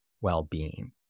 well-being